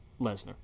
Lesnar